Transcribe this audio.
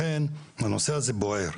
לכן הנושא הזה בוער.